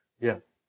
yes